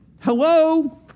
Hello